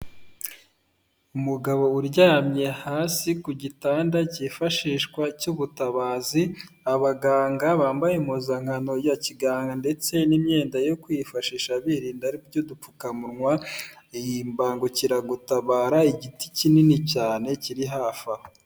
Umugabo uryamye hasi ku gitanda cyifashishwa cy'ubutabazi, abaganga bambaye impuzankano ya kiganga ndetse n'imyenda yo kwifashisha birinda aribyo udupfukamunwa, imbangukira gutabara igiti kinini cyane kiri hafi aho.